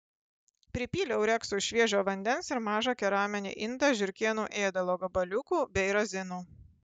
pripyliau reksui šviežio vandens ir mažą keraminį indą žiurkėnų ėdalo gabaliukų bei razinų